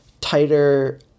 tighter